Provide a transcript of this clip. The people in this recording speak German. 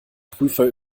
prüfer